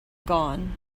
gone